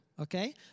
Okay